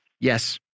Yes